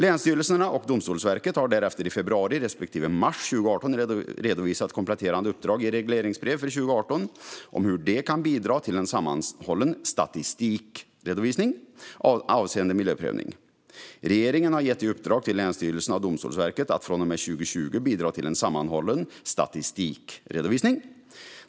Länsstyrelserna och Domstolsverket har därefter i februari respektive mars 2018 redovisat kompletterande uppdrag i regleringsbrev för 2018 om hur de kan bidra till en sammanhållen statistikredovisning avseende miljöprövning. Regeringen har gett i uppdrag till länsstyrelserna och Domstolsverket att fr.o.m. 2020 bidra till en sammanhållen statistikredovisning.